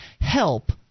help